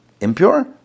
Impure